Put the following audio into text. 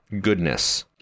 goodness